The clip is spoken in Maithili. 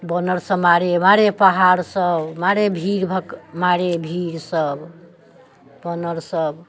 वानर सभ मारे मारे पहाड़ सभ मारे भीड़ भक मारे भीड़ सभ वानर सभ